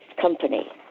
company